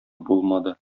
булмады